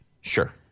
Sure